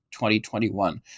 2021